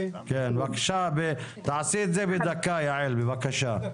בבקשה, תעשי את זה בדקה, יעל, בבקשה.